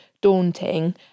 daunting